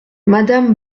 madame